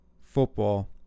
football